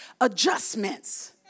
Adjustments